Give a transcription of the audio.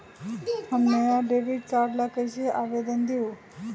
हम नया debit card ला कईसे आवेदन दिउ?